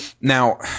Now